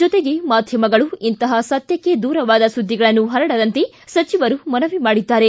ಜೊತೆಗೆ ಮಾಧ್ಯಮಗಳು ಇಂತಹ ಸತ್ವಕ್ಕೆ ದೂರವಾದ ಸುದ್ದಿಗಳನ್ನು ಹರಡದಂತೆ ಸಚಿವರು ಮನವಿ ಮಾಡಿದ್ದಾರೆ